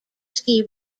ski